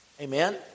Amen